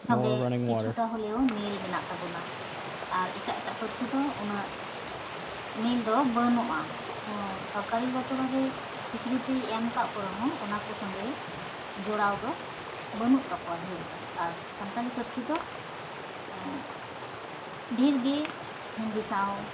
ᱥᱚᱸᱜᱮ ᱠᱤᱪᱷᱩᱴᱟ ᱦᱚᱞᱮᱣ ᱢᱤᱞ ᱢᱮᱱᱟᱜ ᱛᱟᱵᱚᱱᱟ ᱟᱨ ᱮᱴᱟᱜ ᱮᱴᱟᱜ ᱯᱟᱹᱨᱥᱤᱫᱚ ᱩᱱᱟᱹᱜ ᱢᱤᱞᱫᱚ ᱵᱟᱹᱱᱩᱜᱼᱟ ᱥᱚᱨᱠᱟᱨᱤᱼᱜᱚᱛᱚ ᱵᱷᱟᱵᱮ ᱥᱤᱠᱨᱤᱛᱤ ᱮᱢᱠᱟᱜ ᱠᱚ ᱨᱮᱦᱚᱸ ᱚᱱᱟᱠᱚ ᱥᱚᱸᱜᱮ ᱡᱚᱲᱟᱣᱫᱚ ᱵᱟᱹᱱᱩᱜ ᱛᱟᱠᱚᱣᱟ ᱰᱷᱮᱨᱫᱚ ᱟᱨ ᱥᱟᱱᱛᱟᱞᱤ ᱯᱟᱹᱨᱥᱤᱫᱚ ᱰᱷᱮᱨᱜᱮ ᱦᱤᱱᱫᱤ ᱥᱟᱶ